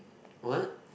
what